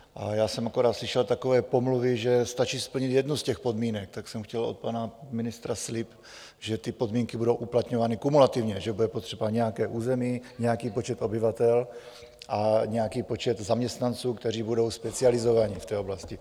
A já jsem akorát slyšel takové pomluvy, že stačí splnit jednu z těch podmínek, tak jsem chtěl od pana ministra slib, že ty podmínky budou uplatňovány kumulativně, že bude potřeba nějaké území, nějaký počet obyvatel a nějaký počet zaměstnanců, kteří budou specializovaní v té oblasti.